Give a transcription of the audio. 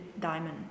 diamond